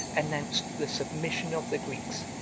announced the submission of the greeks,